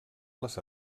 les